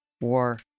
War